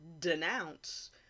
denounce